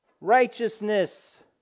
righteousness